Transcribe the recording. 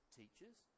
teachers